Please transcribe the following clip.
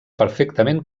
perfectament